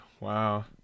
Wow